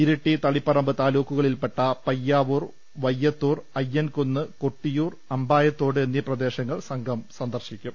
ഇരിട്ടി തളിപ്പറമ്പ് താലൂക്കുകളിൽ പെട്ട പയ്യാവൂർ വയത്തൂർ അയ്യൻകുന്ന് കൊട്ടിയൂർ അമ്പായത്തോട് എന്നീ പ്രദേങ്ങൾ സംഘം സന്ദർശിക്കും